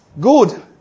Good